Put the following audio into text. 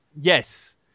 Yes